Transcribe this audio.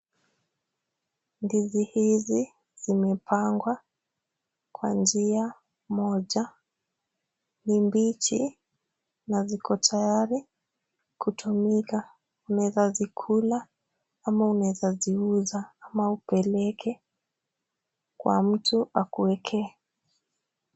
Ndizi hizi zimepangwa kwanzia moja. Ni mbichi na ziko tayari kutumika. Unaeza zikula ama unaeza ziuza ama upeleke kwa mtu akuekee.